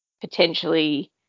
potentially